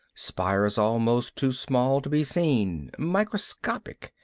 spires almost too small to be seen, microscopic,